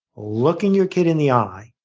looking your kid in the eye,